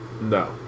No